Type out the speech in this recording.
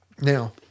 Now